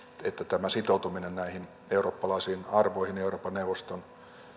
että tämä sitoutuminen näihin eurooppalaisiin arvoihin ja euroopan neuvoston